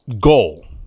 goal